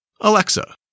Alexa